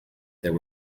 there